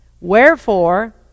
Wherefore